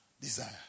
Desire